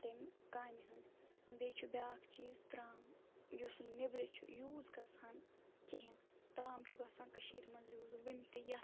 تمہِ کامہِ ہٕنٛدۍ بیٚیہِ چھُ بیاکھ چیٖز ترٛام یُس نیٚبرٕ چھُ یوٗز گژھان کِہیٖنۍ ترٛام چھُ گَژھان کٔشیٖرِ منٛز یوٗز وُنہِ تہِ یَتھ